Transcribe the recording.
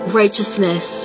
righteousness